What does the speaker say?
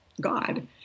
God